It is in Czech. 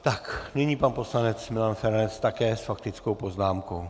Tak nyní pan poslanec Milan Feranec také s faktickou poznámkou.